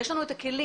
יש לנו את הכלים,